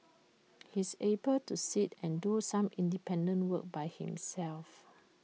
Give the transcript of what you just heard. he's able to sit and do some independent work by himself